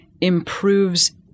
Improves